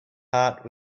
heart